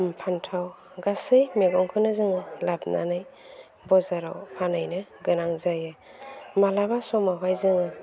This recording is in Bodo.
फान्थाव गासै मैगंखौनो जोङो लाबोनानै बाजाराव फानहैनो गोनां जायो माब्लाबा समावहाय जोङो